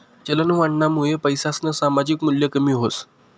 चलनवाढनामुये पैसासनं सामायिक मूल्य कमी व्हस